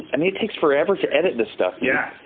i mean it takes forever to edit this stuff, yeah